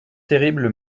terrible